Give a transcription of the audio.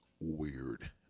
weird